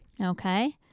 Okay